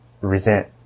resent